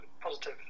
positive